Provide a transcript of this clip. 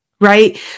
right